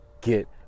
get